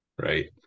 Right